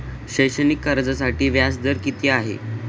शैक्षणिक कर्जासाठी व्याज दर किती आहे?